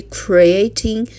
creating